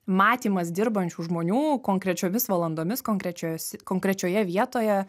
matymas dirbančių žmonių konkrečiomis valandomis konkrečios konkrečioje vietoje